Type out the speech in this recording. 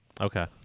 Okay